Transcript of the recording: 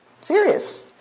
serious